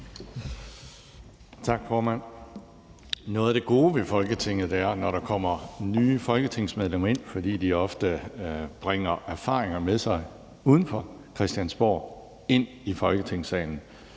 Tak formand. Noget af det gode ved Folketinget er, når der kommer nye folketingsmedlemmer ind, fordi de ofte bringer erfaringer med sig fra uden for Christiansborg og ind i Folketingssalen,